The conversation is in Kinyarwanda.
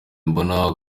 mbona